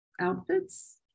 outfits